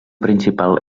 principal